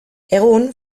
egun